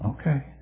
Okay